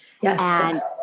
Yes